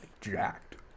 jacked